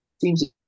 seems